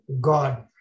God